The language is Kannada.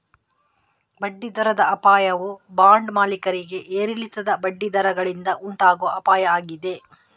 ಬಡ್ಡಿ ದರದ ಅಪಾಯವು ಬಾಂಡ್ ಮಾಲೀಕರಿಗೆ ಏರಿಳಿತದ ಬಡ್ಡಿ ದರಗಳಿಂದ ಉಂಟಾಗುವ ಅಪಾಯ ಆಗಿದೆ